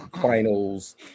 Finals